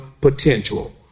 potential